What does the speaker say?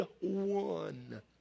one